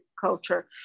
culture